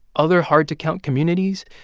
other hard to count communities?